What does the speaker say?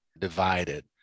divided